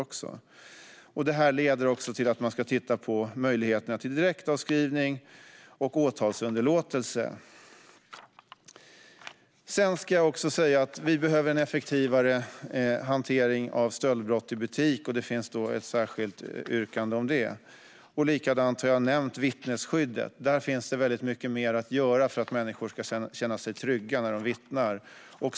Man ska därför titta på möjligheterna till direktavskrivning och åtalsunderlåtelse. Vi behöver en effektivare hantering av stöldbrott i butik. Det finns ett särskilt yrkande om detta. Jag har nämnt vittnesskyddet. På detta område finns väldigt mycket mer att göra för att människor ska känna sig trygga när de vittnar.